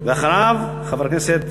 אחריו, חבר הכנסת